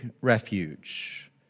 refuge